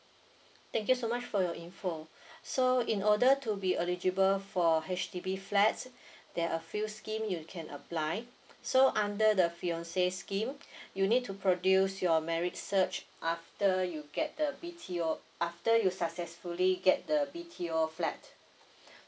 thank you so much for your info so in order to be eligible for H_D_B flats there're a few scheme you can apply so under the fiance scheme you need to produce your marriage cert after you get the B_T_O after you successfully get the B_T_O flat